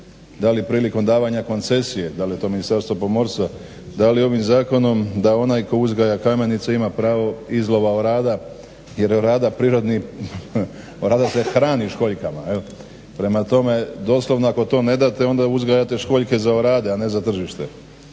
dali prilikom davanja koncesije, da li je to Ministarstvo pomorstva, da li ovim zakonom da onaj tko uzgaja kamenice ima pravo izlova orada jer orada se hrani školjkama. Prema tome doslovno ako to ne date onda uzgajate školjke za orade a ne za tržište.